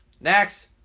Next